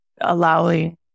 allowing